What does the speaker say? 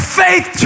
faith